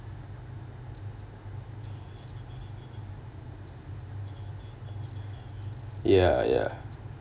ya ya